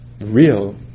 real